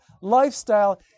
lifestyle